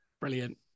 Brilliant